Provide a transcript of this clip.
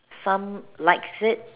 some likes it